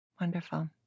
Wonderful